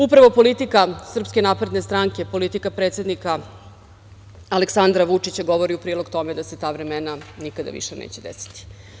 Upravo politika SNS, politika predsednika Aleksandra Vučića govori u prilog tome da se ta vremena nikada više neće desiti.